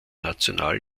national